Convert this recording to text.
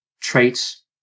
traits